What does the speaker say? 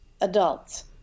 adults